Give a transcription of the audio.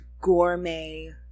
gourmet